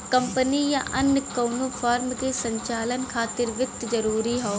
company या अन्य कउनो फर्म के संचालन खातिर वित्त जरूरी हौ